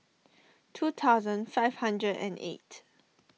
two thousand five hundred and eight